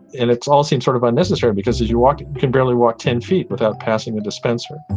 and it's all seem sort of unnecessary because as you walk, you can barely walk ten feet without passing the dispenser